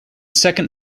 second